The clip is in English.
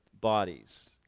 bodies